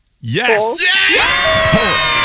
Yes